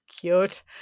Cute